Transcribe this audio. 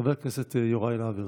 חבר הכנסת יוראי להב הרצנו.